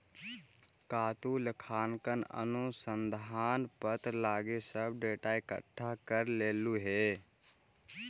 का तु लेखांकन अनुसंधान पत्र लागी सब डेटा इकठ्ठा कर लेलहुं हे?